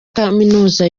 kaminuza